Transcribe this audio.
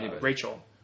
Rachel